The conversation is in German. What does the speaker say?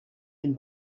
den